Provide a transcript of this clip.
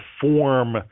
form